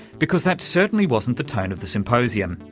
because that certainly wasn't the tone of the symposium,